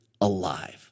alive